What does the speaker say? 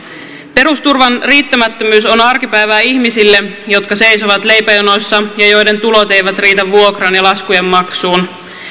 perusturvan riittämättömyys on arkipäivää ihmisille jotka seisovat leipäjonoissa ja joiden tulot eivät riitä vuokraan ja laskujenmaksuun